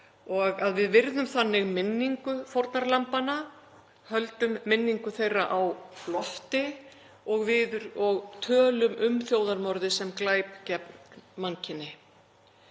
og að við virðum þannig minningu fórnarlambanna, höldum minningu þeirra á lofti og tölum um þjóðarmorðið sem glæp gegn mannkyni.